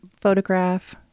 photograph